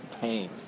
pain